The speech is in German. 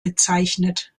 bezeichnet